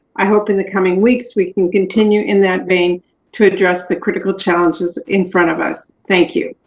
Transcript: i hope in the coming weeks, we can continue in that vein to address the critical challenges in front of us. thank you.